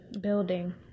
building